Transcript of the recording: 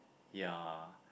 ya